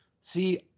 See